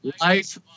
Life